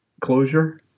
closure